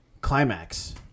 climax